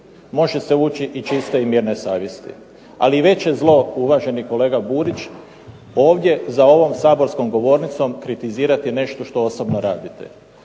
može se ući i čiste i mirne savjesti, ali veće zlo uvaženi kolega Burić ovdje za ovom saborskom govornicom kritizirati nešto što osobno radite.